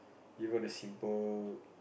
you want a simple